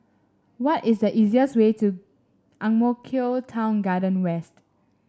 what is the easiest way to Ang Mo Kio Town Garden West